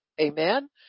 amen